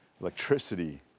Electricity